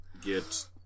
get